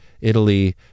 Italy